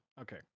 Okay